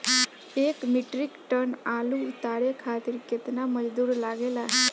एक metric tonne आलू उतारे खातिर केतना मजदूरी लागेला?